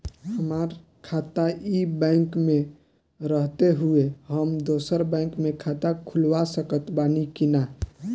हमार खाता ई बैंक मे रहते हुये हम दोसर बैंक मे खाता खुलवा सकत बानी की ना?